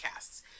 podcasts